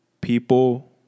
people